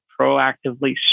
proactively